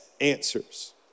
answers